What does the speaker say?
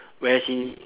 whereas in